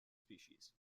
species